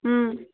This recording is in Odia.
ହୁଁ